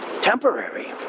temporary